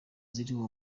ziriho